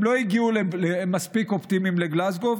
הם לא הגיעו מספיק אופטימיים לגלזגו,